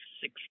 six